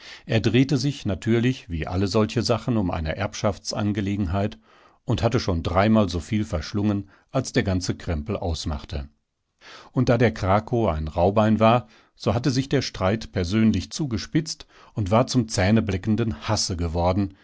er drehte sich natürlich wie alle solche sachen um eine erbschaftsangelegenheit und hatte schon dreimal so viel verschlungen als der ganze krempel ausmachte und da der krakow ein rauhbein war so hatte sich der streit persönlich zugespitzt und war zum zähnebleckenden hasse geworden